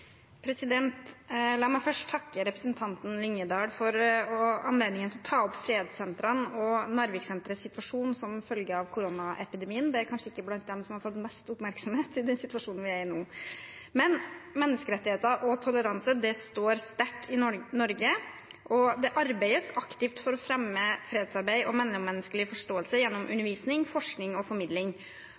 La meg først takke representanten Lyngedal for anledningen til å ta opp fredssentrenes og Narviksenterets situasjon som følge av koronaepidemien. De er kanskje ikke blant dem som har fått mest oppmerksomhet i den situasjonen vi er i nå. Menneskerettigheter og toleranse står sterkt i Norge, og det arbeides aktivt for å fremme fredsarbeid og mellommenneskelig forståelse gjennom undervisning, forskning og formidling.